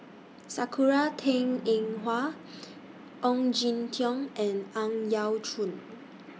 Sakura Teng Ying Hua Ong Jin Teong and Ang Yau Choon